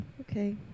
Okay